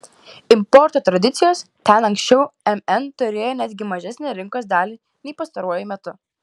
importo tradicijos ten anksčiau mn turėjo netgi mažesnę rinkos dalį nei pastaruoju metu